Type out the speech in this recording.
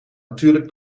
natuurlijk